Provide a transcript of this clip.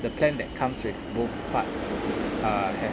the plan that comes with both parts uh have